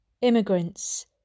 immigrants